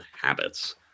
habits